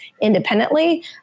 independently